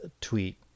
tweet